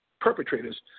Perpetrators